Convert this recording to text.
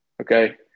Okay